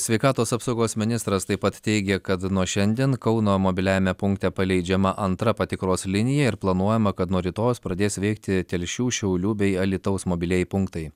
sveikatos apsaugos ministras taip pat teigia kad nuo šiandien kauno mobiliajame punkte paleidžiama antra patikros linija ir planuojama kad nuo rytojaus pradės veikti telšių šiaulių bei alytaus mobilieji punktai